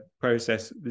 process